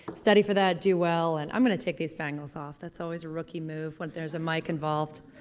study for that, do well and i'm going to take these bangles off. that's always rookie move when there's a mic involved.